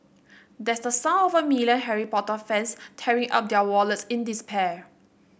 that's the sound of a million Harry Potter fans tearing up their wallets in despair